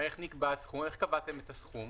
איך קבעתם את הסכום?